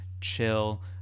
chill